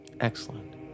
Excellent